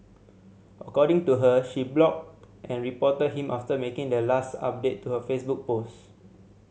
according to her she blocked and reported him after making the last update to her Facebook post